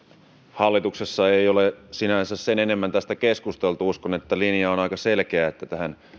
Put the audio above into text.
hallituksessa ei ole sinänsä sen enempää tästä keskusteltu uskon että linja on aika selkeä että tähän